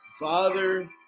Father